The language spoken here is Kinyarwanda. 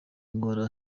ndwara